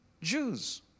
Jews